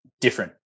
different